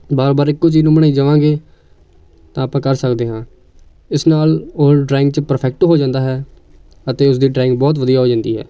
ਬਾਰ ਬਾਰ ਇੱਕੋ ਚੀਜ਼ ਨੂੰ ਬਣਾਈ ਜਾਵਾਂਗੇ ਤਾਂ ਆਪਾਂ ਕਰ ਸਕਦੇ ਹਾਂ ਇਸ ਨਾਲ ਆਲ ਡਰਾਇੰਗ 'ਚ ਪਰਫੈਕਟ ਹੋ ਜਾਂਦਾ ਹੈ ਅਤੇ ਉਸਦੀ ਡਰਾਇੰਗ ਬਹੁਤ ਵਧੀਆ ਹੋ ਜਾਂਦੀ ਹੈ